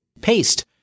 Paste